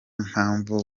mpamvu